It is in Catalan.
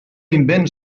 invent